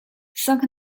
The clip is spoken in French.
cinq